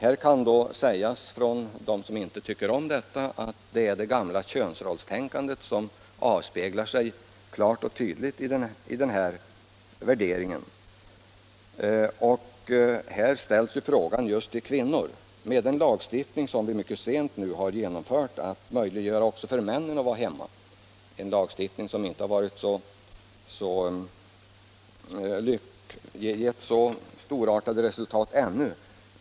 Jämställdhetsfrågor De som inte tycker om detta kan säga att det är det gamla köns = m.m. rollstänkandet som avspeglar sig i denna värdering. Här ställs ju frågan just om kvinnor. Den lagstiftning som vi nu mycket sent har genomfört —- för att möjliggöra också för männen att vara hemma -— har inte gett så storartade resultat ännu.